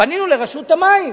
פנינו לרשות המים